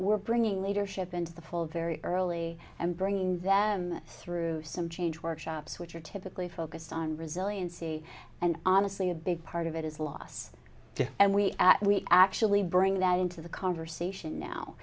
we're bringing leadership into the pool very early and bringing them through some change workshops which are typically focused on resiliency and honestly a big part of it is loss to and we at we actually bring that into the conversation now